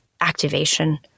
activation